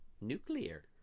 nuclear